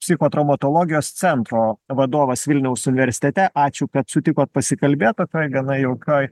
psichotraumatologijos centro vadovas vilniaus universitete ačiū kad sutikot pasikalbėt tokioj gana jaukioj